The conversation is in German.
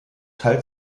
teil